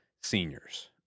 Seniors